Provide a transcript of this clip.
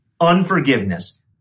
Unforgiveness